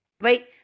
right